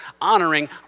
honoring